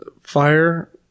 fire